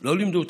לא לימדו אותנו.